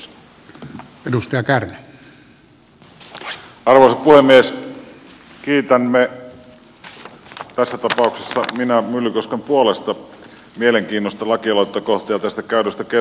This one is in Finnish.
kiitämme tässä tapauksessa minä myllykosken puolesta mielenkiinnosta lakialoitteita kohtaan ja tästä käydystä keskustelusta